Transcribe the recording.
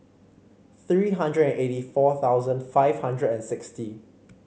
three hundred and eighty four thousand five hundred and sixty